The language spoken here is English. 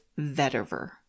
vetiver